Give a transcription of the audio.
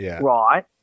right